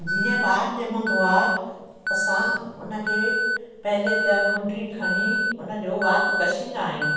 जीअं ॿार जमंदो आहे असां हुन खे पहले त मुंडी खणी हुन जो वाति कशींदा आहियूं